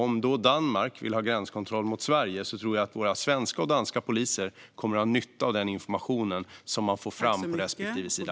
Om då Danmark vill ha gränskontroll mot Sverige tror jag att våra svenska och danska poliser kommer att ha nytta av den information som man får fram på respektive sida.